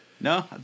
No